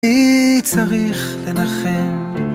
מי צריך לנחם?